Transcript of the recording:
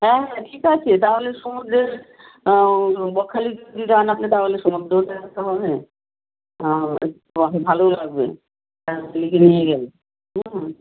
হ্যাঁ হ্যাঁ ঠিক আছে তাহলে সমুদ্রের বকখালি যদি যান আপনি তাহলে সমুদ্রও দেখা হবে আর ভালোই লাগবে হ্যাঁ স্ত্রীকে নিয়ে গেলে হুম